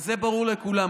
וזה ברור לכולם,